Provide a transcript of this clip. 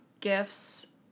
gifts